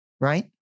Right